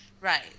Right